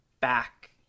back